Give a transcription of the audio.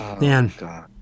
Man